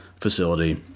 facility